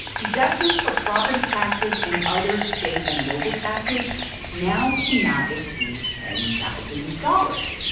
deductions for property taxes and other state and local taxes now cannot exceed ten thousand dollars,